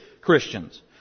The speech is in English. Christians